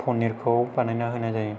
पनिरखौ बानायना होनाय जायो